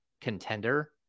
contender